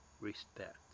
respect